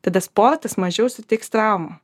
tada sportas mažiau suteiks traumų